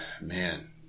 man